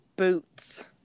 boots